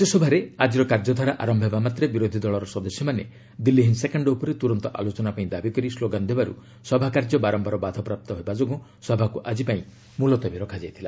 ରାଜ୍ୟସଭାରେ ଆଜିର କାର୍ଯ୍ୟଧାରା ଆରମ୍ଭ ହେବା ମାତ୍ରେ ବିରୋଧୀ ଦଳ ସଦସ୍ୟମାନେ ଦିଲ୍ଲୀ ହିଂସାକାଣ୍ଡ ଉପରେ ତୁରନ୍ତ ଆଲୋଚନା ପାଇଁ ଦାବି କରି ସ୍କୋଗାନ ଦେବାରୁ ସଭା କାର୍ଯ୍ୟ ବାରମ୍ଭାର ବାଧାପ୍ରାପ୍ତ ହେବା ଯୋଗୁଁ ସଭାକୁ ଆଜି ପାଇଁ ମୁଲତବି ରଖାଯାଇଥିଲା